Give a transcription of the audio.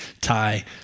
tie